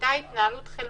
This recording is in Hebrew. הייתה התנהלות חלמאית.